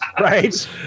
Right